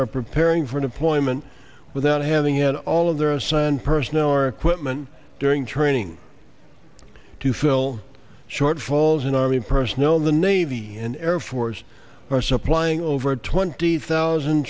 are preparing for deployment without having an all of their assigned personnel or equipment during training to fill shortfalls in army personnel in the navy and air force are supplying over twenty thousand